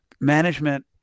Management